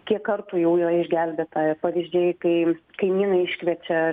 kiek kartų jau yra išgelbėta ir pavyzdžiai kai kaimynai iškviečia